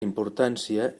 importància